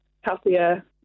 healthier